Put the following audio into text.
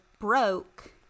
broke